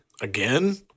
again